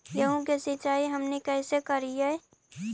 गेहूं के सिंचाई हमनि कैसे कारियय?